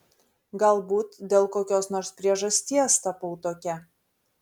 galbūt dėl kokios nors priežasties tapau tokia